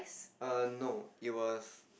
err no it was